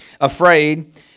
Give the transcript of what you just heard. afraid